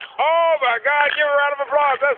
oh my god, give her a round of applause.